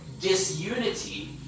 disunity